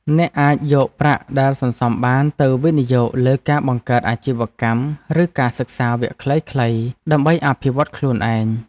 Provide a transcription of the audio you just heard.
អ្នកអាចយកប្រាក់ដែលសន្សំបានទៅវិនិយោគលើការបង្កើតអាជីវកម្មឬការសិក្សាវគ្គខ្លីៗដើម្បីអភិវឌ្ឍខ្លួនឯង។